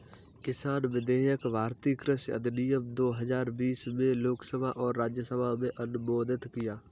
किसान विधेयक भारतीय कृषि अधिनियम दो हजार बीस में लोकसभा और राज्यसभा में अनुमोदित किया